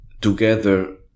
together